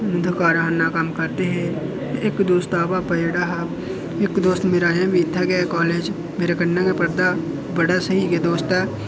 ओह् कारखाना कम्म करदे हे इक दोस्ता भापा जेह्ड़ा हा इक दोस्त मेरा अजें बी इत्थै गै कालेज मेरे कन्नै गै पढ़दा बड़ा स्हेई गै दोस्त ऐ